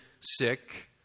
sick